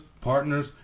partners